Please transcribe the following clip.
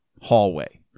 hallway